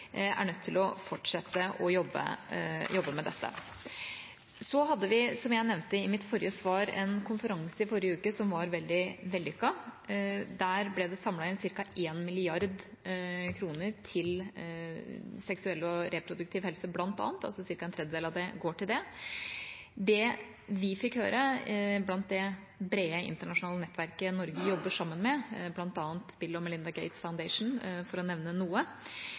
er nødt til å fortsette å jobbe med dette. Vi hadde, som jeg nevnte i mitt forrige svar, en konferanse som var veldig vellykket i forrige uke. Der ble det samlet inn ca. 1 mrd. kr til bl.a. seksuell og reproduktiv helse – ca. en tredjedel går til det. Det vi fikk høre – fra det brede internasjonale nettverket Norge jobber sammen med, bl.a. Bill & Melinda Gates Foundation, for å nevne noe,